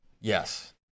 Yes